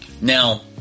Now